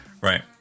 right